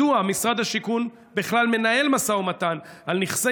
2. מדוע משרד השיכון מנהל משא ומתן על נכסי